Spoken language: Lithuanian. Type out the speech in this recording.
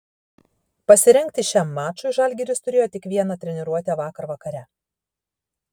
pasirengti šiam mačui žalgiris turėjo tik vieną treniruotę vakar vakare